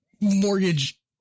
Mortgage